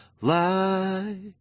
lie